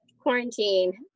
quarantine